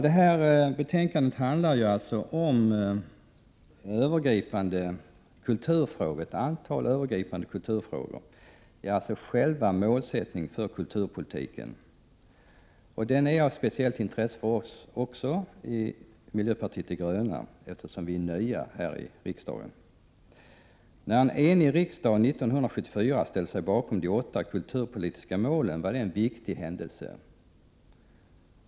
Det här betänkandet handlar om ett antal övergripande kulturfrågor, ja, själva målsättningen för kulturpolitiken. Den är av speciellt intresse för oss i miljöpartiet de gröna, eftersom vi är nya i riksdagen. När en enig riksdag 1974 ställde sig bakom de åtta kulturpolitiska målen, var det en viktig händelse.